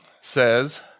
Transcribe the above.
says